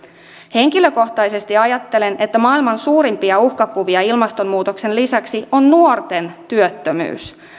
henkilökohtaisesti ajattelen että maailman suurimpia uhkakuvia ilmastonmuutoksen lisäksi on nuorten työttömyys